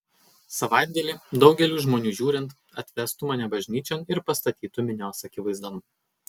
savaitgalį daugeliui žmonių žiūrint atvestų mane bažnyčion ir pastatytų minios akivaizdon